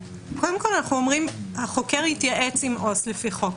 אנחנו אומרים שהחוקר יתייעץ עם עובד סוציאלי לפי החוק.